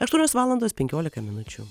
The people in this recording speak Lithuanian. aštuonios valandos penkiolika minučių